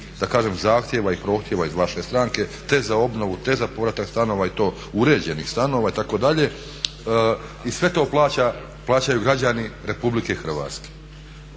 da kažem zahtjeva i prohtjeva iz vaše stranke te za obnovu, te za povratak stanova i to, uređenih stanova itd. I sve to plaćaju građani RH.